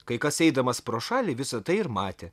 kai kas eidamas pro šalį visa tai ir matė